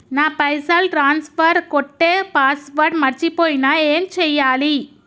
నా పైసల్ ట్రాన్స్ఫర్ కొట్టే పాస్వర్డ్ మర్చిపోయిన ఏం చేయాలి?